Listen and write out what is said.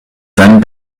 seinem